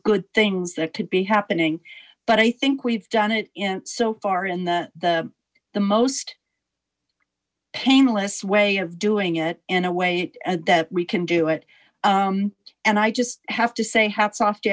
good things that could be happening but i think we've done it in so far in the the most painless way of doing it in a way that we can do it and i just have to say hats off to